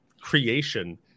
creation